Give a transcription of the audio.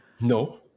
No